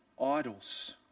idols